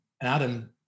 Adam